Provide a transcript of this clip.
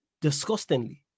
disgustingly